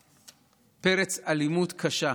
פרץ אלימות קשה.